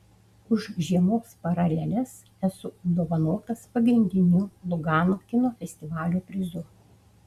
už žiemos paraleles esu apdovanotas pagrindiniu lugano kino festivalio prizu